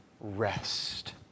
rest